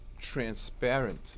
transparent